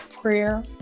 prayer